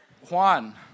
Juan